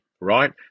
right